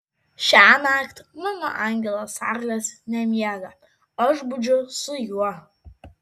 šiąnakt mano angelas sargas nemiega aš budžiu su juo